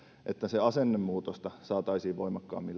että asennemuutosta saataisiin voimakkaammin